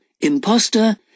Imposter